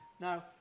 Now